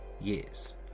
years